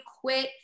quit